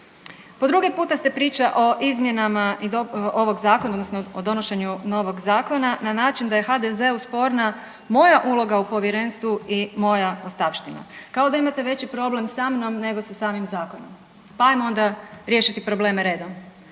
Po drugi puta se priča o izmjenama ovog zakona odnosno o donošenju novog zakona na način da je HDZ-u sporna moja uloga u povjerenstvu i moja ostavština, kao da imate veći problem sa mnom nego sa samim zakonom, pa jamo onda riješiti probleme redom.